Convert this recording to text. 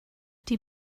die